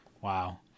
wow